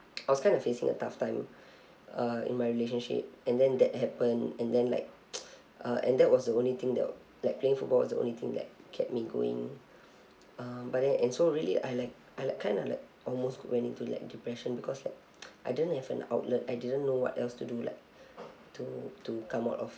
I was kind of facing a tough time uh in my relationship and then that happened and then like uh and that was the only thing that like playing football is the only thing that kept me going uh but then and so really I like I like kind of like almost went into like depression because like I didn't have an outlet I didn't know what else to do like to to come out of